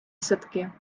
садки